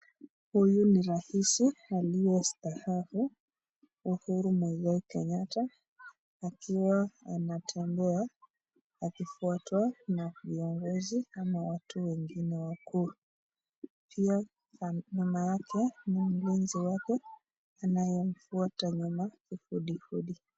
Huyu ni raisi aliyestaafu, Uhuru Muigai Kenyatta, akiwa anatembea akifuatwa na viongozi ama watu wengine wakuu. Pia nyuma yake ni mlinzi wake anayemfuata nyuma kufudifudi.